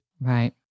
right